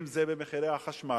אם במחירי החשמל,